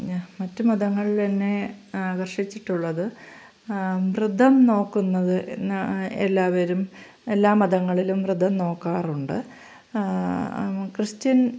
ഞാൻ മറ്റു മതങ്ങളിലെന്നെ ആകർഷിച്ചിട്ടുള്ളത് വ്രതം നോക്കുന്നത് എന്ന എല്ലാവരും എല്ലാ മതങ്ങളിലും വ്രതം നോക്കാറുണ്ട് ക്രിസ്ത്യൻ